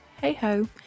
hey-ho